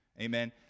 Amen